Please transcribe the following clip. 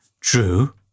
True